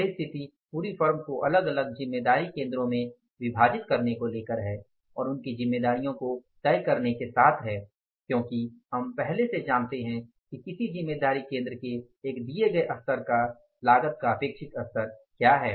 यही स्थिती पूरी फर्म को अलग अलग जिम्मेदारी केंद्रों में विभाजित करने को लेकर है और उनकी जिम्मेदारियों को तय करने के साथ है क्योंकि हम पहले से जानते हैं कि किसी जिम्मेदारी केंद्र के एक दिए गए स्तर पर लागत का अपेक्षित स्तर क्या है